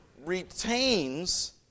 retains